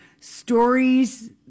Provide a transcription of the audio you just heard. stories